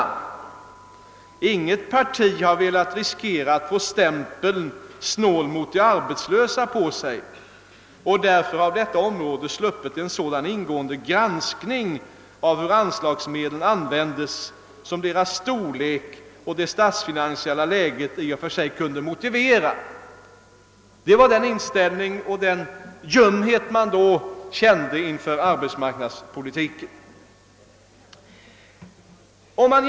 Inget parti har velat riskera att få stämpeln ”snål mot de arbetslösa” på sig, och därför har detta område sluppit en sådan ingående granskning av hur anslagsmedlen användes som deras storlek och det statsfinansiella läget i och för sig kunde motivera.» Det vittnar om den ljumma inställning man då hade till arbetsmarknadspolitiken.